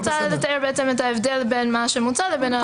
אני רוצה לתאר את ההבדל בין מה שמוצע לבין מה